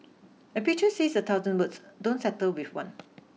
a pictures says a thousand words don't settle with one